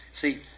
See